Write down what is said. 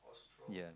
ya